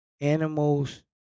animals